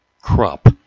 crop